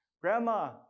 Grandma